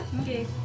Okay